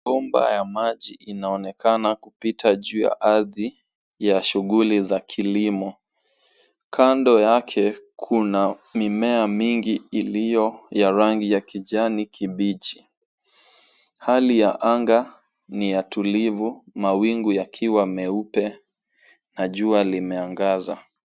Bomba ya maji inaonekana kupita juu ya ardhi ya shughuli za kilimo. Kando yake kuna mimea mingi iliyo ya rangi ya kijani kibichi. Hali ya anga ni ya tulivu mawingu yakiwa meupe na jua limeangaza.